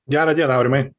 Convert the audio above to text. gerą dieną aurimai